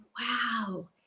wow